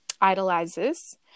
idolizes